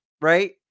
Right